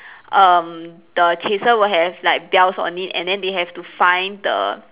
um the chaser will have like bells on it and then they have to find the